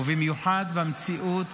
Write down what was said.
ובמיוחד במציאות